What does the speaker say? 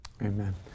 Amen